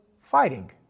fighting